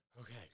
Okay